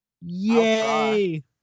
Yay